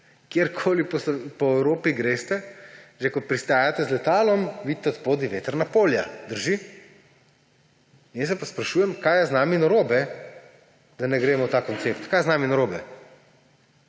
Kjerkoli po Evropi greste, že ko pristajate z letalom, vidite spodaj vetrna polja. Drži? Jaz se pa sprašujem, kaj je z nami narobe, da ne gremo v ta koncept. Kaj je z nami narobe?